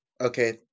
okay